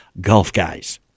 GolfGuys